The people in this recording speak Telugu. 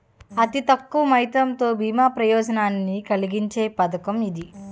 అతి తక్కువ మొత్తంతో బీమా ప్రయోజనాన్ని కలిగించే పథకం ఇది